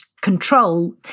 control